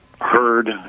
heard